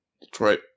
Detroit